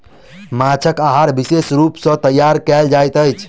माँछक आहार विशेष रूप सॅ तैयार कयल जाइत अछि